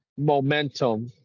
momentum